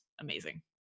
amazing